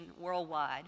worldwide